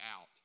out